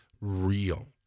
real